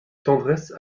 tendresse